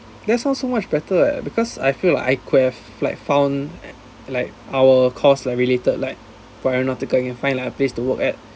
that sounds so much better leh because I feel like I could have like found like our course like related like for aeronautical you can find a place to work at